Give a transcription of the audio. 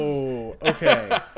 Okay